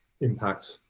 impact